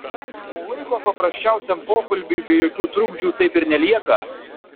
o laiko paprasčiausiam pokalbiui be jokių trukdžių taip ir nelieka